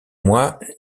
mois